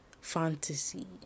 fantasy